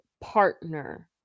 partner